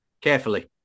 Carefully